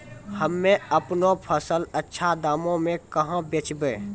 हम्मे आपनौ फसल अच्छा दामों मे कहाँ बेचबै?